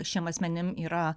šiem asmenim yra